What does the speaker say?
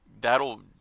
that'll